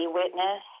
witness